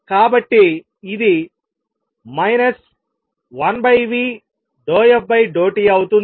కాబట్టి ఇది 1v∂f∂t అవుతుంది